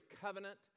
covenant